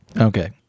Okay